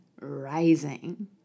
rising